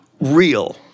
real